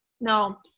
No